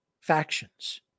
factions